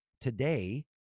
Today